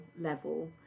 level